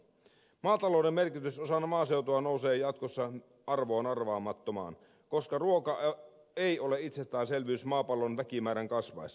maatalouden merkitys osana maaseutua nousee jatkossa arvoon arvaamattomaan koska ruoka ei ole itsestäänselvyys maapallon väkimäärän kasvaessa